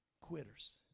quitters